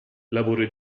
lavoro